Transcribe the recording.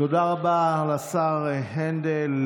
תודה רבה לשר הנדל.